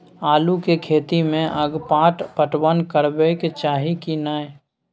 आलू के खेती में अगपाट पटवन करबैक चाही की नय?